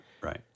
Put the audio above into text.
Right